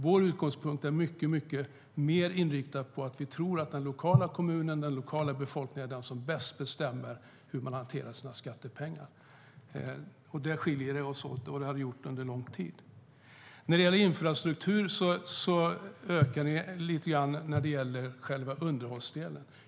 Vår utgångspunkt är mycket mer inriktad på att vi tror att den lokala kommunen och den lokala befolkningen är de som bäst bestämmer hur de hanterar sina skattepengar. Där skiljer vi oss åt, och det har vi gjort under lång tid. När det gäller infrastruktur ökar ni lite grann i underhållsdelen.